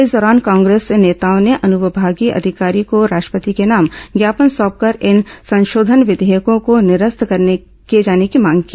इस दौरान कांग्रेस नेताओं ने अनुविभागीय अधिकारी को राष्ट्रपति के नाम ज्ञापन सौंपकर इन संशोधन विघेयकों को निरस्त किए जाने की मांग की